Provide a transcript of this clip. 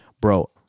Bro